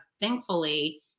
thankfully